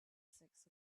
six